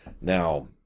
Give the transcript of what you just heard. Now